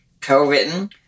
co-written